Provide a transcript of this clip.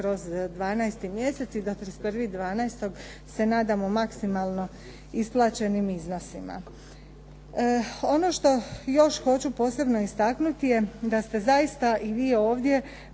kroz 12. mjesec i do 31.12. se nadamo maksimalno isplaćenim iznosima. Ono što još hoću posebno istaknuti je da ste zaista i vi ovdje